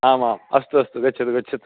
आमाम् अस्तु अस्तु गच्छतु गच्छतु